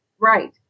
right